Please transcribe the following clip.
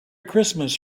christmas